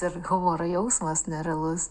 ir humoro jausmas nerealus